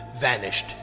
vanished